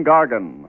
Gargan